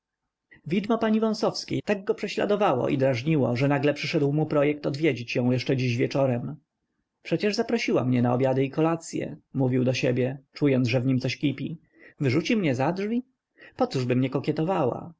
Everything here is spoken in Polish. widmo pani wąsowskiej tak go prześladowało i drażniło że nagle przyszedł mu projekt odwiedzić ją jeszcze dziś wieczorem przecież zaprosiła mnie na obiady i kolacye mówił do siebie czując że w nim coś kipi wyrzuci mnie za drzwi pocóżby mnie kokietowała że